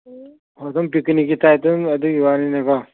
ꯑꯗꯨꯝ ꯄꯤꯛꯅꯤꯛꯀꯤ ꯇꯥꯏꯞꯇ ꯑꯗꯨꯒꯤ ꯋꯥꯅꯤꯅꯦꯀꯣ